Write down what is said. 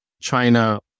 China